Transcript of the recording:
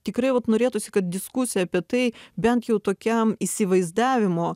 tikrai vat norėtųsi kad diskusija apie tai bent jau tokiam įsivaizdavimo